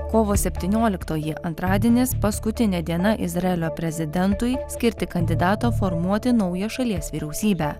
kovo septynioliktoji antradienis paskutinė diena izraelio prezidentui skirti kandidatą formuoti naują šalies vyriausybę